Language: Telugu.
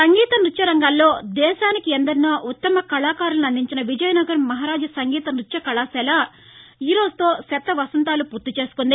సంగీత న్బత్య రంగాల్లో దేశానికి ఎందరినో ఉత్తమ కళాకారులను అందించిన విజయనగరం మహారాజ సంగీత నృత్య కళాశాల ఈ రోజుతో శతవసంతాలు పూర్తి చేసుకుంది